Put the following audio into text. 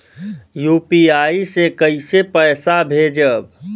UPI से कईसे पैसा भेजब?